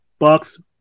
Bucks